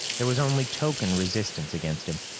there was only token resistance against him.